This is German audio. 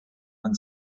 man